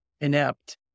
inept